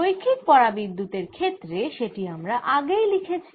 রৈখিক পরাবিদ্যুতের ক্ষেত্রে সেটি আমরা আগেই লিখেছি